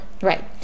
right